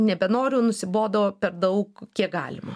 nebenoriu nusibodo per daug kiek galima